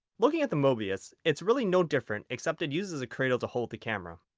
looking at the mobius, it's really no different except it uses a cradle to hold the camera.